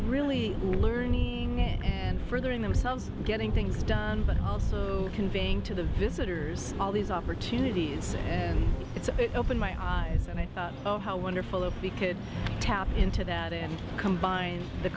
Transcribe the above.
really learning and furthering themselves getting things done but also conveying to the visitors all these opportunities and it's opened my eyes and i thought oh how wonderful of we could tap into that and combine the